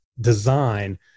design